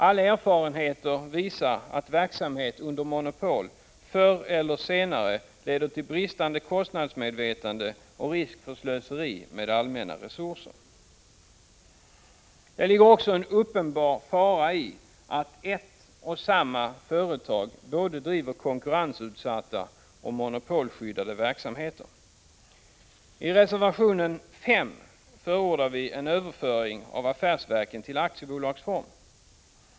Alla erfarenheter visar att verksamhet under monopol förr eller senare leder till bristande kostnadsmedvetande och risk för slöseri med allmänna resurser. Det ligger också en uppenbar fara i att ett och samma företag driver både konkurrensutsatta och monopolskyddade verksamheter. I reservation 5 förordar vi en överföring av affärsverken till aktiebolagsform.